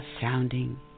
sounding